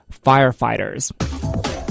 firefighters